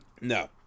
No